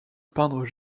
peindre